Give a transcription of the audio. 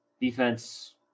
defense